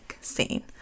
scene